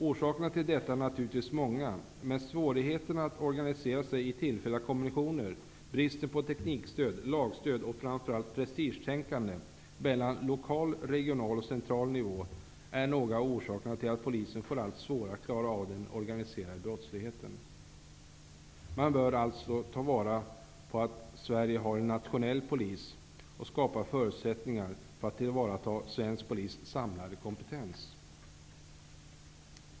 Orsakerna till detta är naturligtvis många. Svårigheterna att organisera sig i tillfälliga kommissioner, bristen på teknikstöd och lagstöd och framför allt prestigetänkande mellan lokal, regional och central nivå är några av orsakerna. Man bör alltså utnyttja det faktum att det i Sverige finns en nationell polis och skapa förutsättningar för att tillvarata svensk polis samlade kompetens.